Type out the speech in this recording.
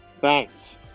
Thanks